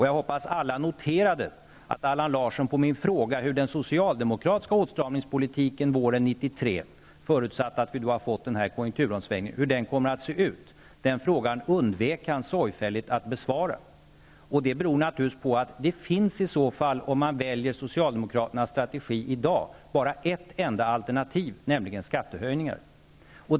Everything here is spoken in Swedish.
Jag hoppas att alla noterade att Allan Larsson sorgfälligt undvek att besvara min fråga hur den socialdemokratiska åtstramningspolitiken kommer att se ut våren 1993, förutsatt att vi då har fått en konjunktursvängning. Det beror naturligtvis på att det i så fall, om man väljer socialdemokraternas strategi i dag, bara finns ett alternativ, nämligen skattehöjningar.